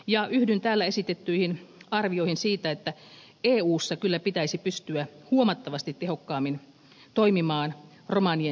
yhdyn täällä esitettyihin arvioihin siitä että eussa kyllä pitäisi pystyä huomattavasti tehokkaammin toimimaan romanien syrjintää vastaan